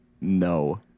No